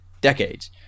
decades